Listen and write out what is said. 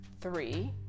Three